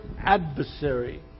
adversary